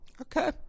Okay